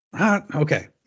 Okay